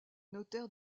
notaire